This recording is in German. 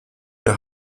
der